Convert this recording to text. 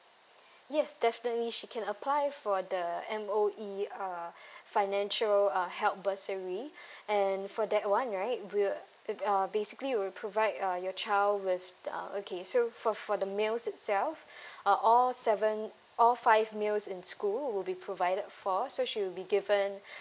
yes definitely she can apply for the M_O_E uh financial uh help bursary and for that [one] right we'll uh basically we'll provide uh your child with the okay so for for the meals itself uh all seven all five meals in school would be provided for so she'll be given